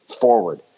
forward